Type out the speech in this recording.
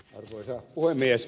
arvoisa puhemies